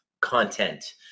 content